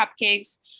cupcakes